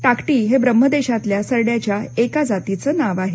टाक्टी हे ब्रह्मदेशातल्या सरड्याच्या एका जातीचं नाव आहे